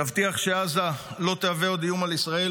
תבטיח שעזה לא תהווה עוד איום על ישראל